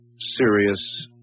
serious